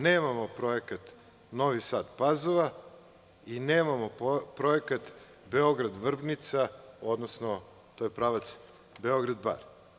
Nemamo projekat Novi Sad – Pazova i nemamo projekat Beograd-Vrbnica, odnosno to je pravac Beograd-Bar.